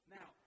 Now